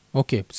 okay